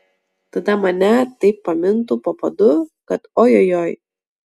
tada mane taip pamintų po padu kad ojojoi